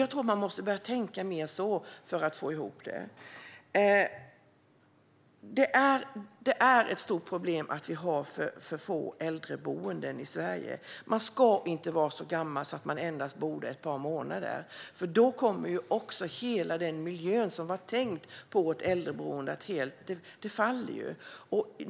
Jag tror att man måste börja tänka mer på det sättet för att få ihop det. Det är ett stort problem att vi har för få äldreboenden i Sverige. Man ska inte vara så gammal att man endast bor där ett par månader, för då kommer också hela den miljö som var tänkt på äldreboendet att falla.